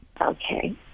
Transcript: Okay